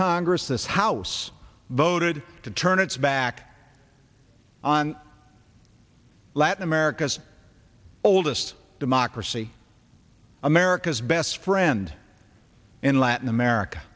congress this house voted to turn its back on latin america's oldest democracy america's best friend in latin america